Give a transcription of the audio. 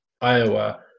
Iowa